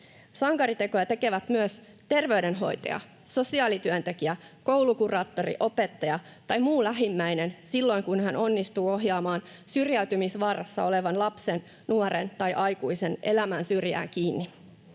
Sankaritekoja tekevät myös terveydenhoitaja, sosiaalityöntekijä, koulukuraattori, opettaja tai muu lähimmäinen silloin, kun hän onnistuu ohjaamaan syrjäytymisvaarassa olevan lapsen, nuoren tai aikuisen elämän syrjään kiinni.